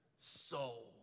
soul